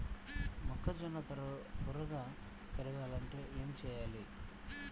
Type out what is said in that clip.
మొక్కజోన్న త్వరగా పెరగాలంటే ఏమి చెయ్యాలి?